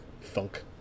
funk